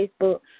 Facebook